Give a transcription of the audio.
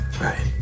Right